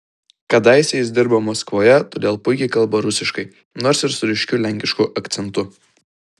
kadaise jis dirbo maskvoje todėl puikiai kalba rusiškai nors ir su ryškiu lenkišku akcentu